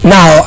Now